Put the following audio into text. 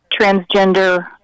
transgender